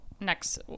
next